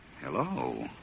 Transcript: Hello